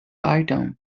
item